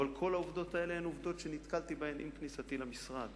אבל כל העובדות האלה הן עובדות שנתקלתי בהן עם כניסתי למשרד.